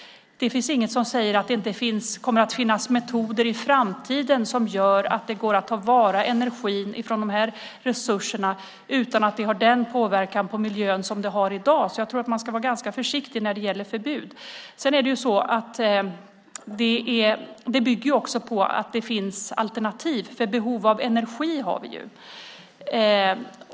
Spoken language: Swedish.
Det finns inget som säger att det inte kommer att finnas metoder i framtiden som gör att det går att ta vara på energin från de här resurserna utan att den har den påverkan på miljön som den har i dag. Jag tror att man ska vara ganska försiktig med förbud. Det här bygger på att det finns alternativ, för behov av energi har vi ju.